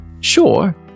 Sure